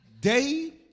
day